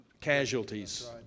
casualties